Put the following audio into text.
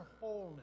wholeness